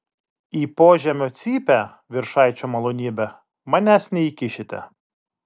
į požemio cypę viršaičio malonybe manęs neįkišite